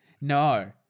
No